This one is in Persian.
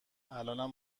الانم